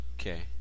Okay